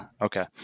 Okay